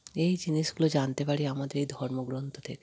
এই জিনিসগুলো জানতে পারি আমাদের এই ধর্মগ্রন্থ থেকে